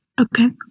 Okay